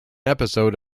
episode